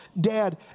dad